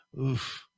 Oof